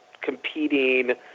competing